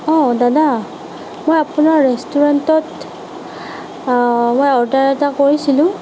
অঁ দাদা মই আপোনাৰ ৰেষ্টুৰেন্টত অৰ্ডাৰ এটা কৰিছিলো